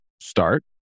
start